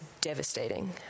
devastating